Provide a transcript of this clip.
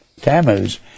Tammuz